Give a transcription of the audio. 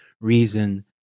reason